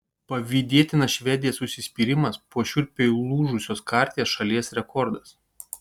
pavydėtinas švedės užsispyrimas po šiurpiai lūžusios karties šalies rekordas